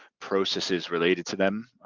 processes related to them.